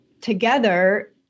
together